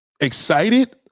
Excited